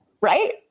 Right